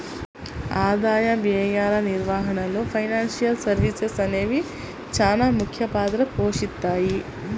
ఆదాయ వ్యయాల నిర్వహణలో ఫైనాన్షియల్ సర్వీసెస్ అనేవి చానా ముఖ్య పాత్ర పోషిత్తాయి